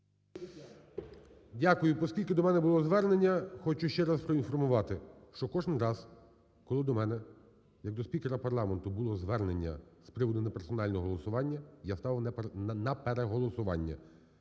Дякую. Поскільки до мене було звернення, хочу ще раз проінформувати, що кожен раз, коли до мене як до спікера парламенту було звернення з приводу неперсонального голосування, я ставив на переголосування.